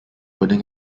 wedding